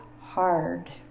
hard